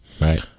Right